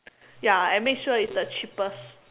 ya and make sure it's the cheapest